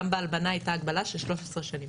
גם בהלבנה הייתה הלבנה של 13 שנים.